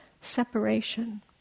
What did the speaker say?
separation